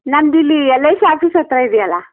ನಮ್ಮದು ಇಲ್ಲಿ L I C office ಹತ್ರ ಇದ್ಯಲ್ಲಾ